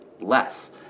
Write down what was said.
less